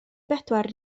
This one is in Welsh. bedwar